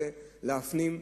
הזה צריך להפנים,